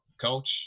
coach